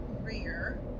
rear